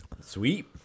Sweet